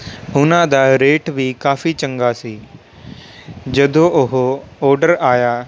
ਉਨ੍ਹਾਂ ਦਾ ਰੇਟ ਵੀ ਕਾਫੀ ਚੰਗਾ ਸੀ ਜਦੋਂ ਉਹ ਓਡਰ ਆਇਆ